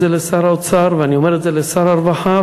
זה לשר האוצר ואני אומר את זה לשר הרווחה,